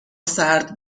سرد